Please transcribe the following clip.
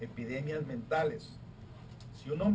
of you know